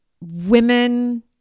women